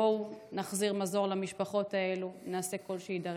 בואו נביא מזור למשפחות האלה ונעשה כל שיידרש.